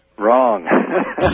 Wrong